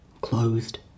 closed